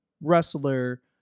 wrestler